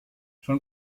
schon